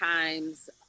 times